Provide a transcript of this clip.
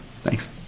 Thanks